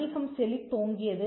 வணிகம் செழித்தோங்கியது